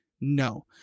No